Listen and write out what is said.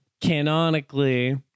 canonically